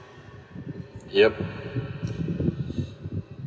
yup